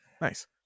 nice